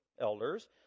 elders